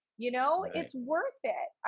you know, it's worth it.